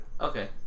Okay